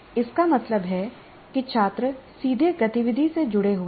इसका मतलब है कि छात्र सीधे गतिविधि से जुड़े हुए हैं